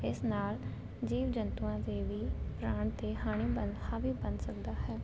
ਇਸ ਨਾਲ ਜੀਵ ਜੰਤੂਆਂ ਦੇ ਵੀ ਪ੍ਰਾਣ 'ਤੇ ਹਾਣੀ ਬਣ ਹਾਵੀ ਬਣ ਸਕਦਾ ਹੈ